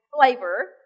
flavor